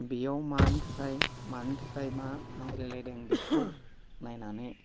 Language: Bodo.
बेयाव मानि थाखाय मानि थाखाय मा नांज्लायलायदों बेखौ नायनानै